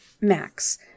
Max